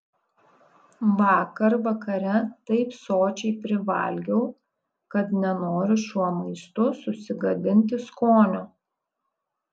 vakar vakare taip sočiai privalgiau kad nenoriu šiuo maistu susigadinti skonio